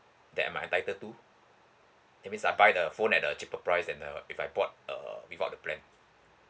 that I might entitle to that means I buy the phone at a cheaper price than uh if I bought err without a plan